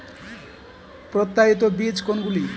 প্রত্যায়িত বীজ কোনগুলি?